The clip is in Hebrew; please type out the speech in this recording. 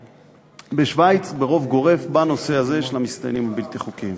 בשווייץ ברוב גורף בנושא הזה של המסתננים הבלתי-חוקיים.